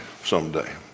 someday